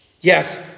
Yes